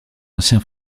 ancien